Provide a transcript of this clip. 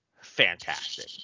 fantastic